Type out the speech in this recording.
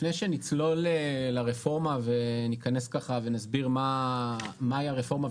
לפני שנצלול לרפורמה וניכנס ונסביר מהי הרפורמה,